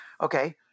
okay